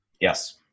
Yes